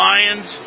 Lions